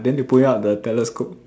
then they put him up the telescope